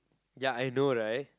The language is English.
ya I know right